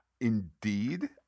Indeed